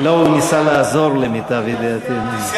לא, הוא ניסה לעזור, למיטב ידיעתי.